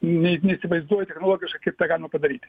ne neįsivaizduoju technologiškai kaip tą galima padaryti